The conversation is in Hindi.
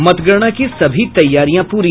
मतगणना की सभी तैयारियां पूरी